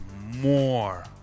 more